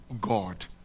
God